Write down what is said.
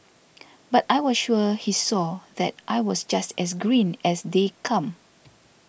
but I was sure he saw that I was just as green as they come